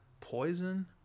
Poison